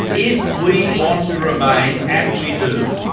if we want to remain, and we do,